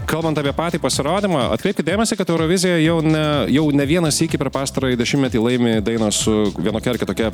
kalbant apie patį pasirodymą atkreipkit dėmesį kad eurovizija jau ne jau ne vieną sykį per pastarąjį dešimtmetį laimi daina su vienokia ar kitokia